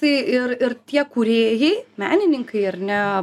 tai ir ir tie kūrėjai menininkai ar ne